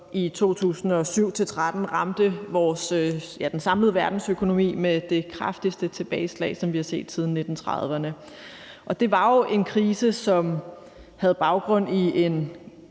i 2007-2013 ramte den samlede verdensøkonomi med det kraftigste tilbageslag, som vi har set siden 1930'erne. Det var jo en krise, som havde baggrund i en